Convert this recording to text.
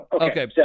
okay